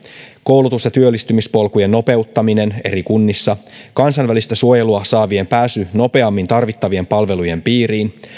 koulutus ja työllistymispolkujen nopeuttaminen eri kunnissa kansainvälistä suojelua saavien pääsy nopeammin tarvittavien palvelujen piiriin